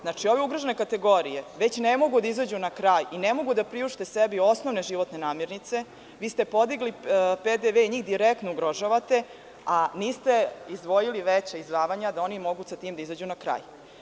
Znači, ove ugrožene kategorije već ne mogu da izađu na kraj, ne mogu da priušte sebi osnovne životne namirnice, vi ste podigliPDV i njih direktno ugrožavate, a niste izdvojili veća izdvajanja kako bi oni izašli sa tim na kraj.